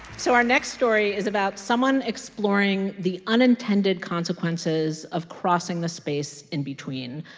so our next story is about someone exploring the unintended consequences of crossing the space in between.